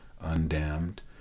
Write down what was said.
undammed